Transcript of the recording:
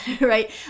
Right